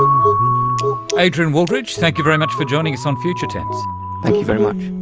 um adrian wooldridge, thank you very much for joining us on future tense. thank you very much.